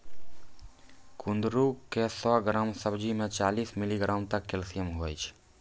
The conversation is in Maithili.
कुंदरू के सौ ग्राम सब्जी मे चालीस मिलीग्राम तक कैल्शियम हुवै छै